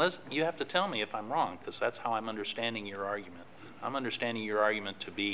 as you have to tell me if i'm wrong because that's how i'm understanding your argument i'm understanding your argument to be